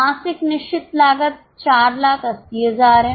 मासिक निश्चित लागत 480000 है